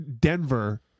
Denver